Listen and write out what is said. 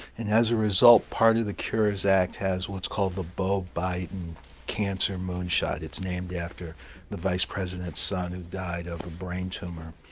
and as a result, part of the cures act has what's called the beau biden cancer moonshot. it's named after the vice president's son who died of a brain tumor.